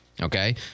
Okay